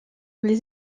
les